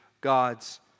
God's